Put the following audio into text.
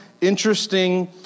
interesting